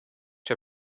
der